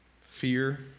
fear